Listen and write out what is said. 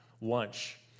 lunch